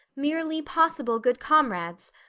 merely possible good comrades.